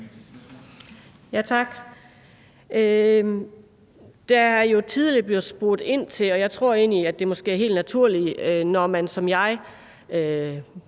(V): Tak. Der er jo tidligere blevet spurgt ind til det, og jeg tror egentlig, at det er helt naturligt, når man som jeg